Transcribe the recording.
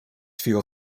fuel